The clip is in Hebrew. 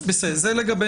זה לגבי